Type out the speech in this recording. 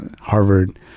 Harvard